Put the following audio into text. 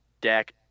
deck